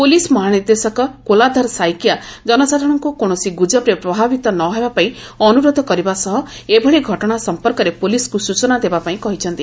police ମହାନିର୍ଦ୍ଦେଶକ କୁଲାଧର ସାଇକିଆ ଜନସାଧାରଣଙ୍କୁ କୌଣସି ଗୁଜବରେ ପ୍ରଭାବିତ ନ ହେବା ପାଇଁ ଅନୁରୋଧ କରିବା ସହ ଏଭଳି ଘଟଣା ସମ୍ପର୍କରେ ପୁଲିସ୍କୁ ସୂଚନା ଦେବା ପାଇଁ କହିଛନ୍ତି